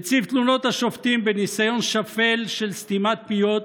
נציב תלונות השופטים, בניסיון שפל של סתימת פיות,